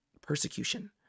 persecution